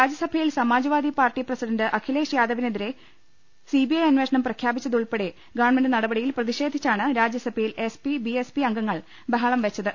രാജ്യസഭയിൽ Samajwadi party president Akhilesh യാദവിനെതിരെ C B I അന്വേഷണം പ്രഖ്യാപിച്ചതുൾപ്പെടെ ഗവൺമെന്റ് നടപടിയിൽ പ്രതി ഷേധിച്ചാണ് രാജ്യസഭയിൽ S P B S P അംഗങ്ങൾ ബഹളം വെച്ചത്